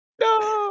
no